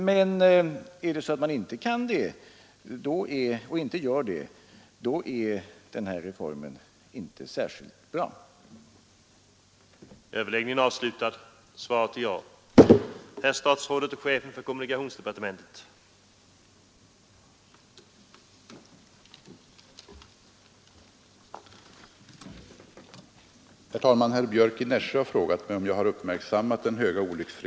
Och är det så att man inte kan det och inte gör det, då är den här reformen inte särskilt bra.